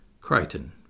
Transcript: Crichton